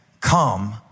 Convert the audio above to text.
come